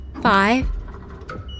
five